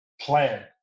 plan